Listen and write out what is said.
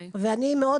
תודה רבה, אני פונה